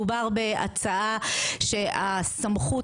מדובר בהצעה שהסמכות